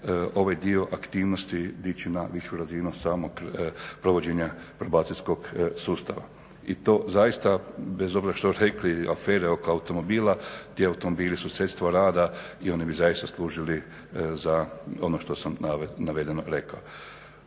ovaj dio aktivnosti dići na višu razinu samog provođenja probacijskog sustava. I to zaista bez obzira što rekli afere oko automobila, ti automobili su sredstvo rada i oni bi zaista služili za ono što sam navedeno rekao.